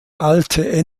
alte